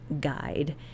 guide